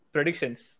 Predictions